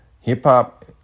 hip-hop